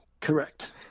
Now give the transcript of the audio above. Correct